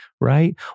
right